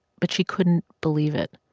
but she couldn't believe it.